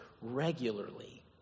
regularly